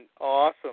awesome